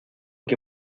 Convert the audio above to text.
que